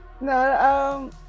No